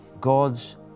God's